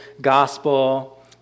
gospel